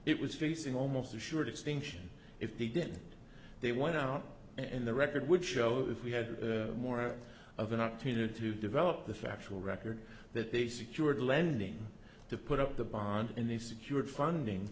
it was facing almost assured extinction if they did they went out and the record would show if we had more of an opportunity to develop the factual record that they secured lending to put up the bond in the secured funding